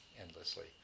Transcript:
endlessly